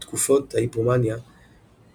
הוא עשוי להיגרר הלאה בתחושת ריקנות והיעדר משמעות.